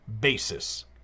basis